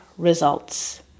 results